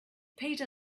peter